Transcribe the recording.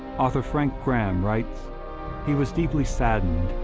author frank graham writes he was deeply saddened,